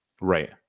Right